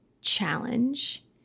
challenge